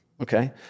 okay